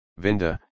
Vinda